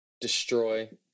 destroy